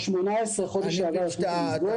ב-18 החודשים נאלצנו לסגור,